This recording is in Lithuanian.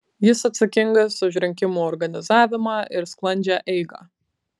jis atsakingas už rinkimų organizavimą ir sklandžią eigą